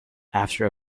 after